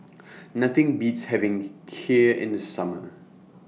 Nothing Beats having Kheer in The Summer